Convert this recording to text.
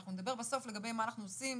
אנחנו נדבר בסוף הישיבה הזו לגבי מה אנחנו עושים,